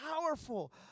powerful